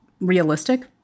realistic